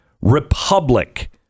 republic